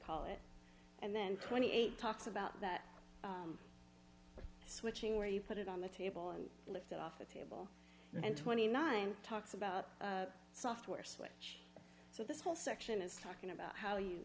call it and then twenty eight talks about that switching where you put it on the table and lift it off the table and twenty nine talks about software switch so this whole section is talking about how you